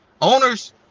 Owners